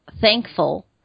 thankful